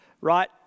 right